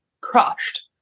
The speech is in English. crushed